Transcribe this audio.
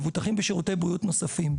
מבוטחים בשירותי בריאות נוספים.